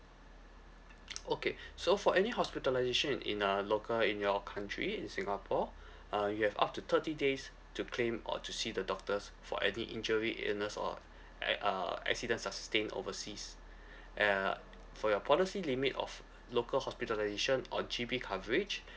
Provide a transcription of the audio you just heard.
okay so for any hospitalisation in in uh local in your country in singapore uh you have up to thirty days to claim or to see the doctors for any injury illness or ac~ uh accidents sustained overseas and uh for your policy limit of local hospitalisation or G_P coverage